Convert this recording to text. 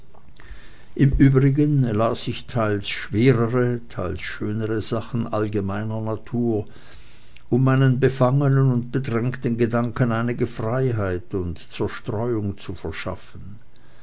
im übrigen las ich teils schwerere teils schönere sachen allgemeiner natur um meinen befangenen und bedrängten gedanken einige freiheit und zerstreuung zu verschaffen